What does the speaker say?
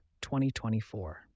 2024